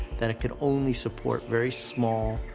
that it could only support very small,